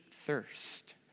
thirst